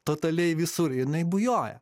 totaliai visur jinai bujoja